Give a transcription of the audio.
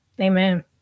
Amen